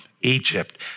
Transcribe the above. Egypt